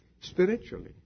Spiritually